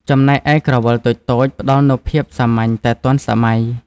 ចំណែកឯក្រវិលតូចៗ ផ្តល់នូវភាពសាមញ្ញតែទាន់សម័យ។